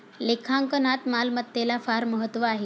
लेखांकनात मालमत्तेला फार महत्त्व आहे